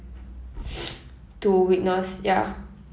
to witness ya